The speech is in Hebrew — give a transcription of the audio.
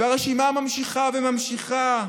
והרשימה נמשכת ונמשכת.